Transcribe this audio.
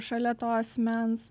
šalia to asmens